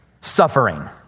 suffering